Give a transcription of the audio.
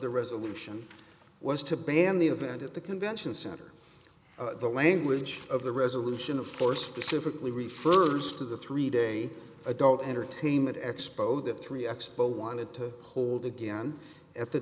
the resolution was to ban the event at the convention center the language of the resolution of force specifically refers to the three day adult entertainment expo that three expos wanted to hold again at the